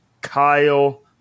Kyle